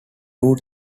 two